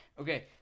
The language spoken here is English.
okay